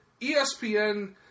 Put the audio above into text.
ESPN